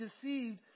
deceived